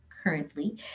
currently